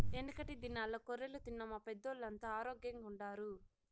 యెనకటి దినాల్ల కొర్రలు తిన్న మా పెద్దోల్లంతా ఆరోగ్గెంగుండారు